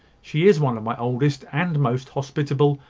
she is one of my oldest, and most hospitable,